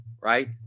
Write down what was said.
right